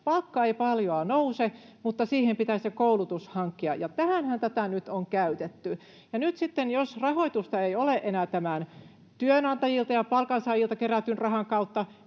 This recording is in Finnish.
Palkka ei paljoa nouse, mutta siihen pitää se koulutus hankkia, ja tähänhän tätä nyt on käytetty. Ja nyt jos rahoitusta ei ole enää tämän työnantajilta ja palkansaajilta kerätyn rahan kautta,